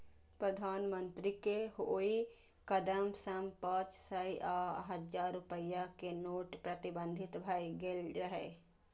प्रधानमंत्रीक ओइ कदम सं पांच सय आ हजार रुपैया के नोट प्रतिबंधित भए गेल रहै